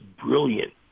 brilliant